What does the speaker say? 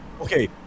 okay